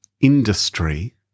industry